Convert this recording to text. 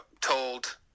told